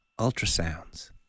ultrasounds